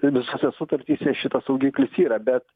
visose sutartyse šitas saugiklis yra bet